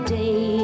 day